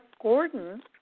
Gordon